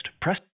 press